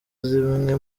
zimwe